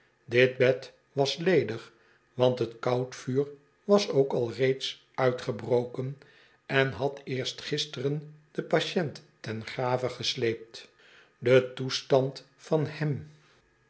dit bed was ledig want t koudvuur was ook alreeds uitgebroken en had eerst gisteren den patiënt ten grave gesleept de toestand van hem